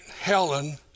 Helen